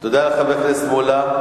תודה לחבר הכנסת מולה.